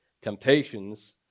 Temptations